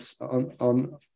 on